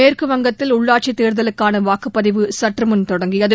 மேற்குவங்கத்தில் உள்ளாட்சித்தேர்தலுக்கான வாக்குப்பதிவு சற்றுமுன் தொடங்கியது